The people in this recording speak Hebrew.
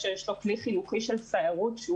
שיש לו כלי חינוכי של סיירות שהוא